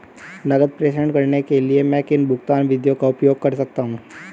नकद प्रेषण करने के लिए मैं किन भुगतान विधियों का उपयोग कर सकता हूँ?